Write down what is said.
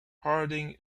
harding